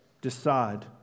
decide